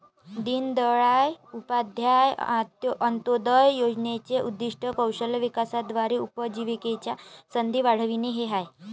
दीनदयाळ उपाध्याय अंत्योदय योजनेचे उद्दीष्ट कौशल्य विकासाद्वारे उपजीविकेच्या संधी वाढविणे हे आहे